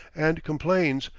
and complains,